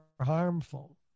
harmful